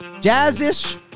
Jazz-ish